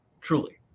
Truly